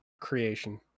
creation